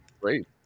Great